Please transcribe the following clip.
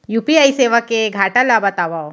UPI सेवा के घाटा ल बतावव?